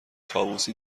طاووسی